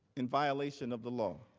in violation of the law.